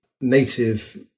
native